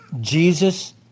Jesus